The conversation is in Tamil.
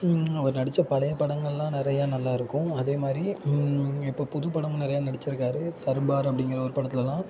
அவர் நடித்த பழைய படங்கள்லாம் நிறைய நல்லாயிருக்கும் அதேமாதிரி இப்போ புது படமும் நிறைய நடிச்சிருக்கார் தர்பார் அப்படிங்கிற ஒரு படத்திலலாம்